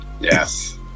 Yes